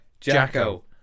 Jacko